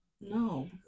No